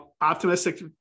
optimistic